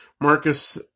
Marcus